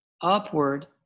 upward